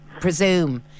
presume